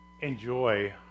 enjoy